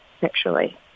sexually